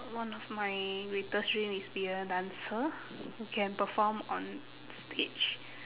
one of my greatest dream is be a dancer who can perform on stage